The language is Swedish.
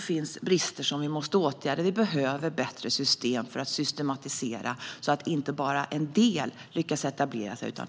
finns brister som måste åtgärdas. Det behövs bättre system för att systematisera så att inte bara en del lyckas etablera sig.